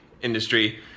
industry